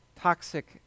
toxic